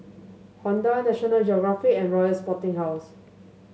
Honda National Geographic and Royal Sporting House